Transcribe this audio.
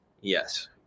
Yes